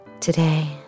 Today